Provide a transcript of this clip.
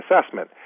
assessment